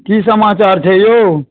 की समाचार छै यौ